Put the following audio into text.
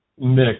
mix